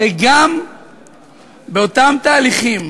הרי גם באותם תהליכים